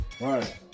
right